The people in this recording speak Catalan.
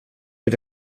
per